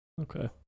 Okay